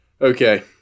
Okay